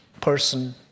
person